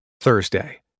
Thursday